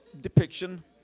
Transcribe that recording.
depiction